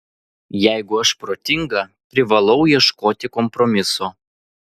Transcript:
jeigu aš protinga privalau ieškoti kompromiso